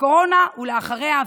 בקורונה ואחריה,